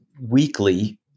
weekly